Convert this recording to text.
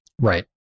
right